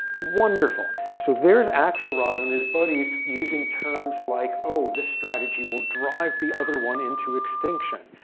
wonderful. so there's axelrod and his buddies using terms like oh, this strategy will drive the other one into extinction.